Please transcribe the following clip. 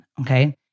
Okay